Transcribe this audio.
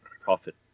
profit